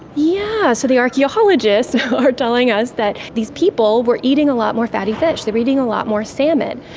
yeah so the archaeologists are telling us that these people were eating a lot more fatty fish, they were eating a lot more salmon.